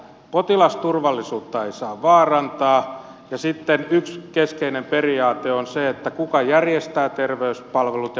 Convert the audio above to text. potilasturvallisuutta ei saa vaarantaa ja sitten yksi keskeinen periaate on se kuka järjestää terveyspalvelut ja kuka ne tuottaa